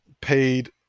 paid